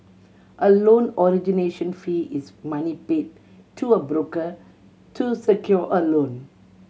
a loan origination fee is money paid to a broker to secure a loan